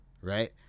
Right